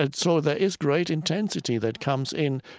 and so there is great intensity that comes in.